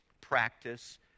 practice